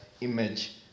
image